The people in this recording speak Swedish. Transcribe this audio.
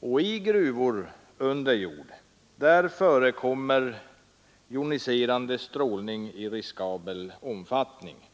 Och i gruvor förekommer joniserande strålning i riskabel omfattning.